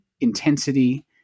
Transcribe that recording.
intensity